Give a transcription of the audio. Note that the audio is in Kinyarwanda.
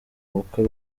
bukwe